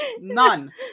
None